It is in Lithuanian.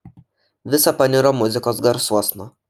visa paniro muzikos garsuosna